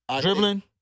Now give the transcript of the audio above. Dribbling